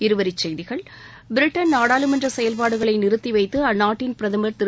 இருவரிச் செய்திகள் பிரிட்டன் நாடாளுமன்ற செயல்பாடுகளை நிறுத்தி வைத்து அந்நாட்டின் பிரதமர் திரு